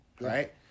Right